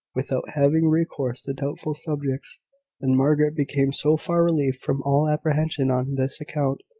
without having recourse to doubtful subjects and margaret became so far relieved from all apprehension on this account,